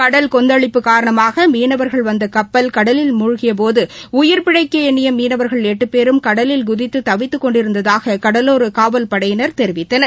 கடல் கொந்தளிப்பு காரணமாக மீளவர்கள் வந்த கப்பல் கடலில் மூழ்கியபோது உயிர் பிழைக்க எண்ணிய மீனவர்கள் எட்டு பேரும் கடலில் சூதித்து தவித்துக் கொண்டிருந்ததாக கடலோர காவல்படையினர் தெரிவித்தார்